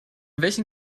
welchen